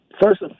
First